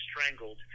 strangled